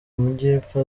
majyepfo